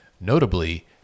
notably